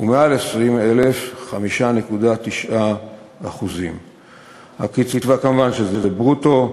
ומעל 20,000, 5.9%. הקצבה, מובן שזה ברוטו,